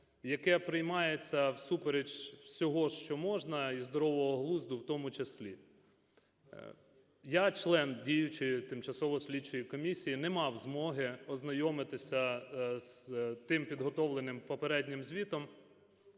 яке приймається всупереч всього, що можна, і здорового глузду в тому числі. Я, член діючої тимчасової слідчої комісії, не мав змоги ознайомитися з тим підготовленим попереднім звітом,